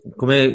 come